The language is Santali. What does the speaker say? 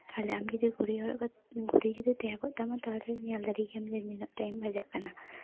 ᱛᱟᱦᱚᱞᱮ ᱟᱢ ᱡᱩᱫᱤ ᱜᱷᱩᱲᱤ ᱦᱚᱨᱚᱜ ᱠᱟᱛᱮ ᱜᱷᱩᱲᱤ ᱡᱩᱫᱤ ᱛᱟᱦᱮᱸ ᱠᱚᱜ ᱛᱟᱢᱟ ᱛᱟᱦᱚᱞᱮ ᱧᱮᱞ ᱫᱟᱲᱮ ᱠᱮᱭᱟᱢ ᱡᱮ ᱱᱩᱱᱟᱹᱜ ᱴᱟᱭᱤᱢ ᱵᱟᱡᱟᱜ ᱠᱟᱱᱟ